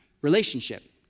relationship